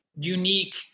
unique